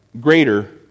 greater